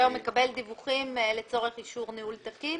שהוא מקבל דיווחים לצורך אישור ניהול תקין